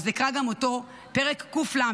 אז אקרא גם אותו, פרק ק"ל: